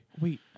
Wait